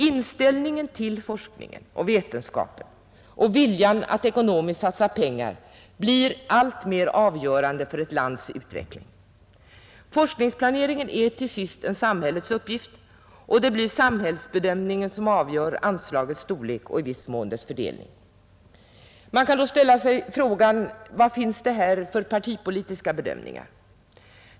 Inställningen till forskningen och vetenskapen och viljan att satsa pengar blir alltmer avgörande för ett lands utveckling. Forskningsplaneringen är till sist en samhällets uppgift, och det blir samhällsbedömningen som avgör anslagens storlek och i viss mån deras fördelning. Man kan då fråga sig: Vad finns det för partipolitiska bedömningar?